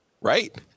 Right